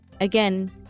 again